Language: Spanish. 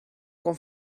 con